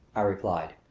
i replied.